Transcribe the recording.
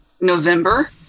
November